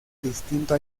distinto